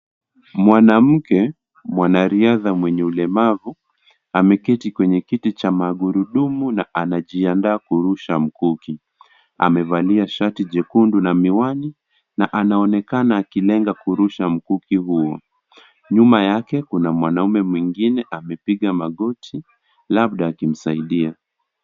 Mwanamke, mwanariadha mwenye ulemavu, ameketi kwenye kiti cha magurudumu na anajiandaa kurusha mkuki, amevalia shati jekundu na miwani na anaonekana akilenga kurusha mkuki huo, nyuma yake kuna mwanaume mwingine amepiga magoti labda akimsaidia.